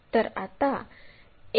तर आता a1 b1 फिरवू